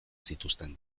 zituzten